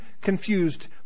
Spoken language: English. confused